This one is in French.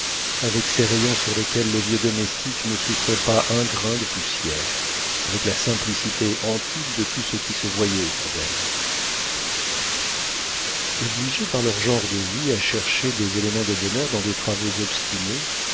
avec ces rayons sur lesquels le vieux domestique ne souffrait pas un grain de poussière avec la simplicité antique de tout ce qui se voyait autour d'elles obligées par leur genre de vie à chercher des éléments de bonheur dans des travaux obstinés